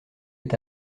est